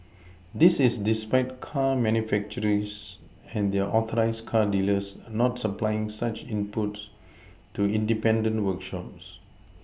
this is despite car manufacturers and their authorised car dealers not supplying such inputs to independent workshops